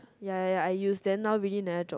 ya ya ya I use then now really never drop